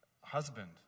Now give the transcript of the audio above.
Husband